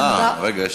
רגע.